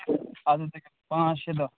اَتھ حظ لگن پانٛژھ شےٚ دۄہ